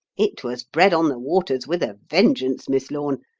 it was bread on the waters with a vengeance, miss lorne.